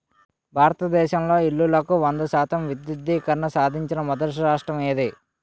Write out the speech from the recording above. భారతదేశంలో ఇల్లులకు వంద శాతం విద్యుద్దీకరణ సాధించిన మొదటి రాష్ట్రం ఏది?